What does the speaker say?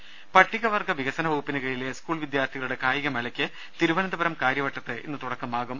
ദർവ്വെട്ടറ പട്ടികവർഗ വികസന വകുപ്പിന് കീഴിലെ സ്കൂൾ വിദ്യാർത്ഥികളുടെ കായികമേളക്ക് തിരുവനന്തപുരം കാര്യവട്ടത്ത് ഇന്ന് തുടക്കമാകും